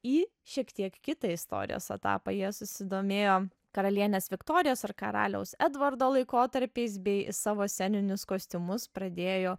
į šiek tiek kitą istorijos etapą jie susidomėjo karalienės viktorijos ar karaliaus edvardo laikotarpiais bei savo sceninius kostiumus pradėjo